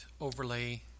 overlay